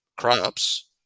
crops